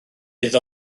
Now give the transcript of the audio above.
bydd